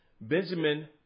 Benjamin